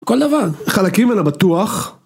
כל דבר, חלקים ממנה בטוח